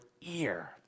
ear